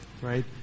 right